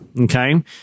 okay